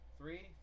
three